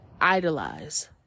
idolize